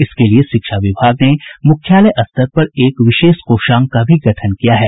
इसके लिए शिक्षा विभाग ने मुख्यालय स्तर पर एक विशेष कोषांग का भी गठन किया है